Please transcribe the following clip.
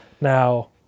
Now